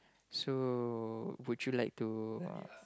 so would you like to